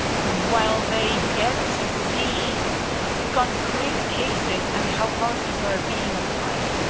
while they get to see concrete cases and how policies are being applied.